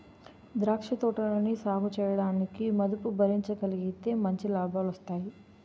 ద్రాక్ష తోటలని సాగుచేయడానికి మదుపు భరించగలిగితే మంచి లాభాలొస్తాయి